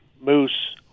moose